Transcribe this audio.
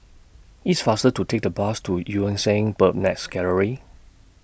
It's faster to Take The Bus to EU Yan Sang Bird's Nest Gallery